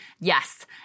yes